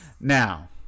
Now